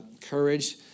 courage